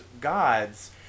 gods